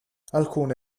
alcune